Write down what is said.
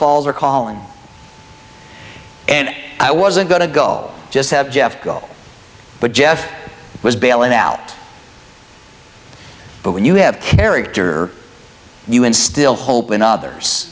falls are calling and i wasn't going to go just have jeff go but jeff was bailing out but when you have character you can still hope in others